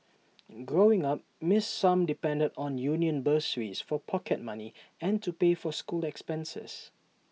growing up miss sum depended on union bursaries for pocket money and to pay for school expenses